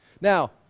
now